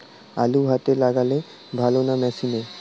আলু হাতে লাগালে ভালো না মেশিনে?